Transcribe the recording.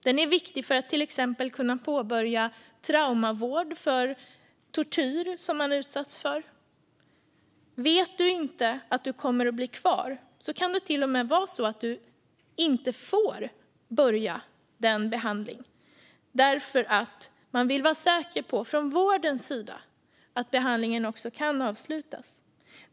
Den är viktig för att till exempel kunna påbörja traumavård för tortyr som man har utsatts för. Om man inte vet om man kommer att bli kvar kan det till och med vara så att man inte får påbörja behandling därför att vården vill vara säker på att behandlingen kan avslutas.